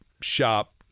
shop